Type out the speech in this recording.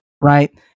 right